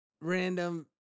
random